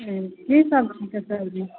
हूँ की सब छै सबजी